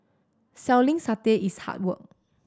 selling satay is hard work